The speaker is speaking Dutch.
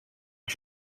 als